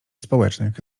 społecznych